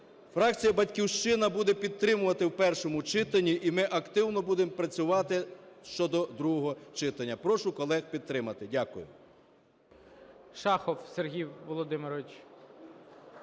Фракція "Батьківщина" буде підтримувати в першому читанні, і ми активно будемо працювати щодо другого читання. Прошу колег підтримати. Дякую.